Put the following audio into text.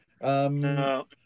No